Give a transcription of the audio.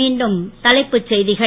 மீண்டும் தலைப்புச் செய்திகள்